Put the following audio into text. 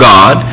God